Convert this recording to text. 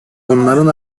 bunların